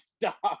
stop